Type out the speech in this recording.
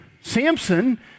Samson